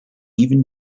even